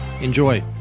Enjoy